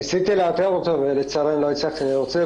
אלה